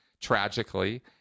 tragically